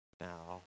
now